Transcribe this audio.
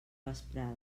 vesprada